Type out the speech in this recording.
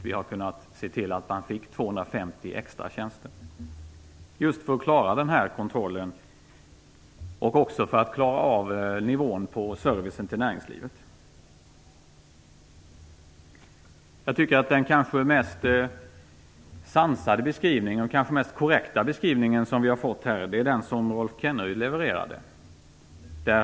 Vi har kunnat se till att man fick 250 extra tjänster - för att kunna klara av den här kontrollen och för att kunna upprätthålla nivån på servicen till näringslivet. Jag tycker att den kanske mest sansade och korrekta beskrivning som vi har fått här levererades av Rolf Kenneryd.